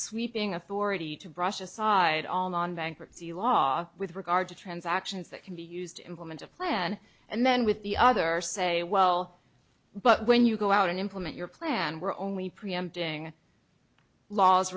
sweeping authority to brush aside all on bankruptcy law with regard to transactions that can be used to implement a plan and then with the other say well but when you go out and implement your plan we're only preempting laws